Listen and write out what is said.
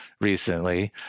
recently